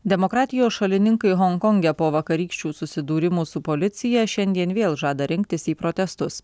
demokratijos šalininkai honkonge po vakarykščių susidūrimų su policija šiandien vėl žada rinktis į protestus